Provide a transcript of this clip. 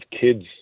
kids